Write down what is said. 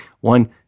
one